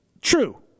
True